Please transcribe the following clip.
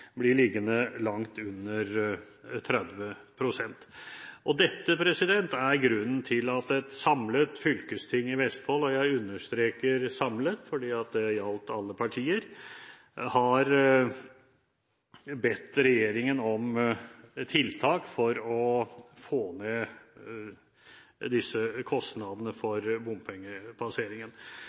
blir liggende langt under 30 pst. Dette er grunnen til at et samlet fylkesting i Vestfold – og jeg understreker samlet, fordi det gjaldt alle partier – har bedt regjeringen om tiltak for å få ned disse kostnadene for bompengepasseringen.